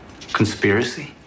Conspiracy